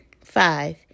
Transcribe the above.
Five